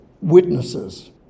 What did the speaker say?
witnesses